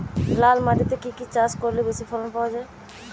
লাল মাটিতে কি কি চাষ করলে বেশি ফলন পাওয়া যায়?